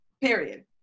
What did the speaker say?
Period